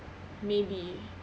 maybe